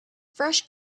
fresh